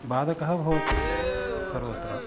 बाधकः भवति सर्वत्र